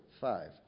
five